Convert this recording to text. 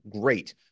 Great